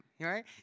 right